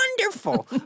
wonderful